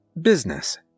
business